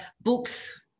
books